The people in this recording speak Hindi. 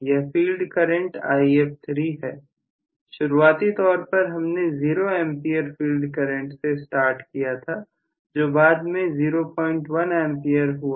यह फील्ड करंट If3 है शुरुआती तौर पर हमने ज़ीरो एंपियर फील्ड करंट से स्टार्ट किया था जो बाद में 01A हुआ